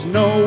no